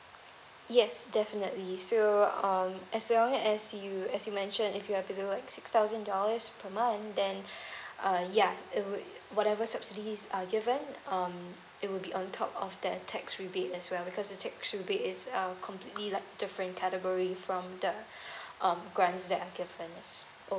yes definitely so um as long as you as you mention if you have six thousand dollars per month then uh yeah it would whatever subsidies are given um it will be on top of that tax rebate as well because the tax rebate is uh completely like different category from the um grants that are given